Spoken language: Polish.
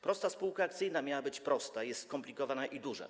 Prosta spółka akcyjna miała być prosta, a jest skomplikowana i duża.